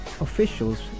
officials